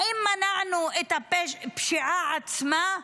האם מנענו את הפשיעה עצמה?